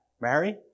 Mary